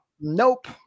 Nope